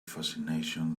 fascination